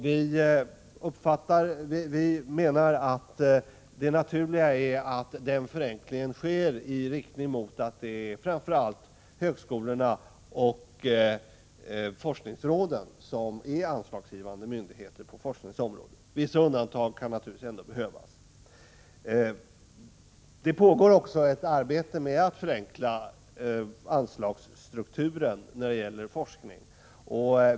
Vi menar att det naturliga är att denna förenkling sker i riktning mot att framför allt högskolorna och forskningsråden skall vara anslagsgivande myndigheter på forskningens område. Vissa undantag kan naturligtvis behöva göras. Det pågår ett arbete med att förenkla anslagsstrukturen när det gäller forskningen.